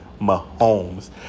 Mahomes